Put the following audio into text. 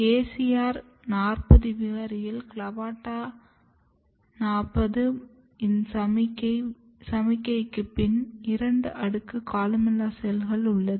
ACR 40 விகாரியில் CLAVATA 40 இன் சிகிச்சைக்கு பின் 2 அடுக்கு கொலுமெல்லா செல்கள் உள்ளது